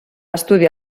estudiar